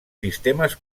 sistemes